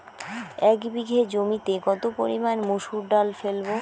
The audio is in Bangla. এক বিঘে জমিতে কত পরিমান মুসুর ডাল ফেলবো?